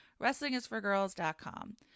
WrestlingIsForGirls.com